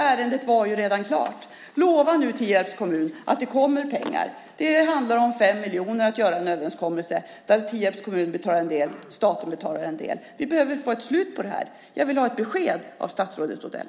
Ärendet var ju redan klart. Lova nu Tierps kommun att det kommer pengar. Det handlar om 5 miljoner för att göra en överenskommelse där Tierps kommun betalar en del och staten betalar en del. Vi behöver få ett slut på det här. Jag vill ha ett besked av statsrådet Odell.